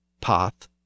path